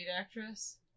actress